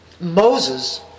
Moses